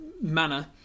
manner